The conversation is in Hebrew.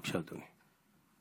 בבקשה, אדוני.